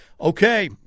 Okay